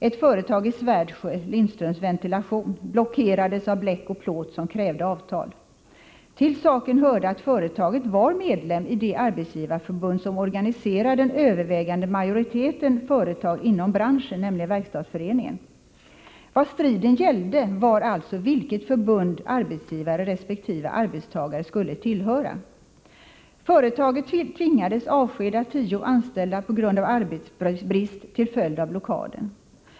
Ett företag i Svärdsjö, Lindströms Ventilation, blockerades av Bleck och Plåt, som krävde avtal. Till saken hörde att företaget var medlem i det arbetsgivarförbund som organiserar den övervägande majoriteten företag inom branschen, nämligen Verkstadsföreningen. Vad striden gällde var alltså vilket förbund arbetsgivare resp. arbetstagare skulle tillhöra. Företaget tvingades avskeda tio anställda på grund av arbetsbrist till följd av blockaden.